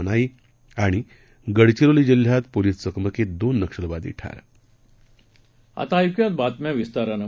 मनाई गडचिरोली जिल्ह्यात पोलीस चकमकीत दोन नक्षलवादी ठार आता ऐकूया बातम्या विस्तारानं